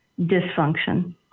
dysfunction